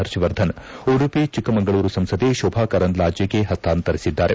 ಪರ್ಷವರ್ಧನ್ ಉಡುಪಿ ಚಿಕ್ಕಮಗಳೂರು ಸಂಸದೆ ಶೋಭಾ ಕರಂದ್ಲಾಜೆಗೆ ಪಸ್ತಾಂತರಿಸಿದ್ದಾರೆ